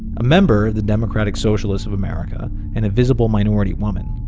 a member of the democratic socialists of america and a visible minority woman,